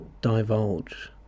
divulge